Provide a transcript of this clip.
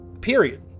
period